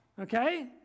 okay